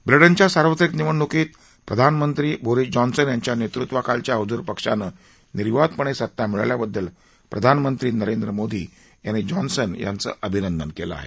व्रिटनच्या सार्वत्रिक निवडणुकीत प्रधानमंत्री बोरिस जॉन्सन यांच्या नेतृत्वाखालील हुजूर पक्षानं निर्विवादपणे सत्ता मिळवल्याबद्दल प्रधानमंत्री नरेंद्र मोदी यांनी जॉन्सन यांचं अभिनंदन केलं आहे